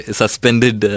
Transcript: suspended